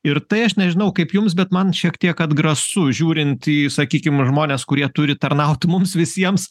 ir tai aš nežinau kaip jums bet man šiek tiek atgrasu žiūrint į sakykim žmones kurie turi tarnaut mums visiems